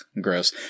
gross